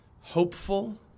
hopeful